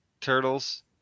Turtles